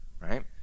right